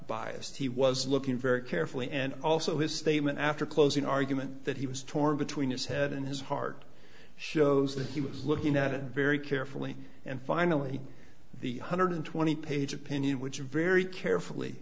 biased he was looking very carefully and also his statement after closing argument that he was torn between his head and his heart shows that he was looking at it very carefully and finally the hundred twenty page opinion which is very carefully